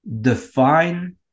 define